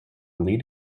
lead